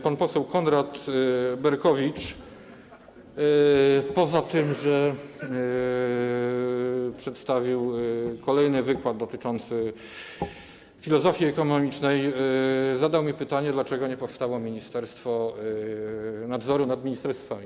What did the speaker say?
Pan poseł Konrad Berkowicz, poza tym, że wygłosił kolejny wykład dotyczący filozofii ekonomicznej, zadał mi pytanie, dlaczego nie powstało ministerstwo nadzoru nad ministerstwami.